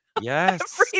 yes